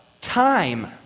Time